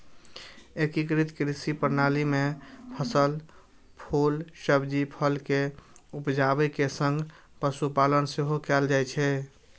एकीकृत कृषि प्रणाली मे फसल, फूल, सब्जी, फल के उपजाबै के संग पशुपालन सेहो कैल जाइ छै